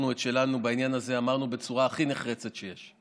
אנחנו את שלנו בעניין הזה אמרנו בצורה הכי נחרצת שיש.